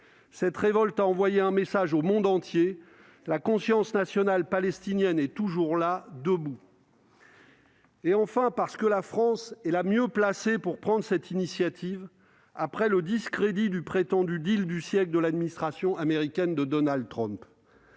Cette révolte a envoyé un message au monde entier : la conscience nationale palestinienne est toujours là, debout. Parce que la France, enfin, est la mieux placée pour prendre cette initiative, après le discrédit du prétendu du siècle scellé par l'administration de Donald Trump.